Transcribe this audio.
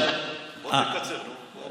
בוא תקצר, נו.